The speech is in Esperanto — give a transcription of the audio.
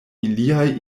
ilia